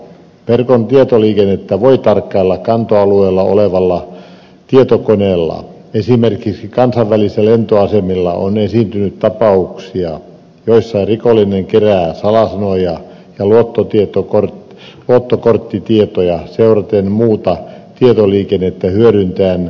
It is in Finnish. verkon tietoliikennettä voi tarkkailla kantoalueella olevalla tietokoneella esimerkiksi kansainvälisillä lentoasemilla on esiintynyt tapauksia joissa rikollinen kerää salasanoja ja luottokorttitietoja seuraten valetukiasemaa muuta tietoliikennettä hyödyntäen